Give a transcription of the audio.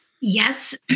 Yes